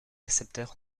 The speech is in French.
récepteur